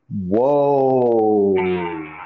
Whoa